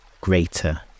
greater